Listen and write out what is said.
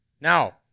Now